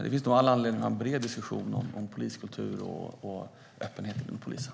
Det finns nog all anledning att ha en bred diskussion om poliskultur och öppenhet inom polisen.